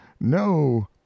no